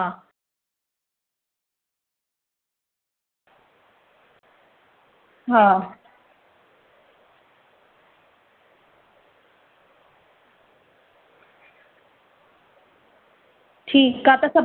हा त प्रिंट वारियूं या वर्क वारियूं ॿ खण वर्क वारियूं खणो ॿ प्रिंट वारियूं खणो ऐं ॿ वरी प्लेन मन प्लेन प्रिंट में ईंअ हिक अध ईंदियूं मंथा मन प्रिंट वारी हेठा प्लेन ईंदो आ रओ ईंदो आ वर्क वारो